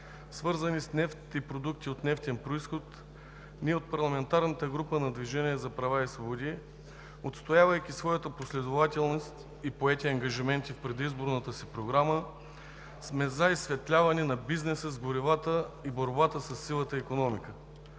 свързани с нефт и продукти от нефтен произход, са следните. Ние от парламентарната група на „Движението за права и свободи“, отстоявайки своята последователност и поети ангажименти в предизборната си програма, сме за изсветляване на бизнеса с горивата и борбата със сивата икономика,